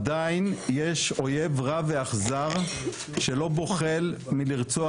עדיין יש אויב רע ואכזר שלא בוחל מלרצוח